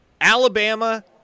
Alabama